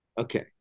Okay